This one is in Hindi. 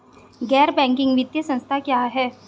गैर बैंकिंग वित्तीय संस्था क्या है?